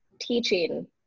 teaching